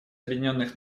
объединенных